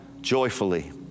joyfully